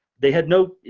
they had no,